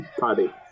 Paddy